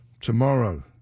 Tomorrow